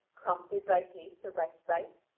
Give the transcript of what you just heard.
prompted by hatred or by spite?